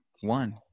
one